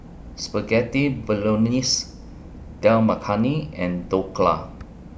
Spaghetti Bolognese Dal Makhani and Dhokla